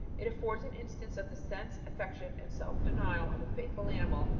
it affords an instance of the sense, affection, and self-denial of a faithful animal,